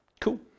Cool